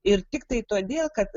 ir tiktai todėl kad